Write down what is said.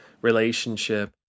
relationship